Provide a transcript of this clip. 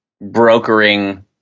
brokering